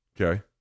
Okay